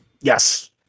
Yes